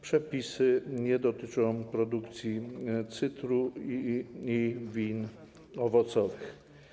Przepisy nie dotyczą produkcji cydru ani win owocowych.